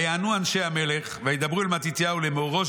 ויענו אנשי המלך וידברו אל מתתיהו לאמור ראש